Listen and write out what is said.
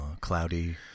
cloudy